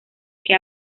que